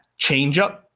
changeup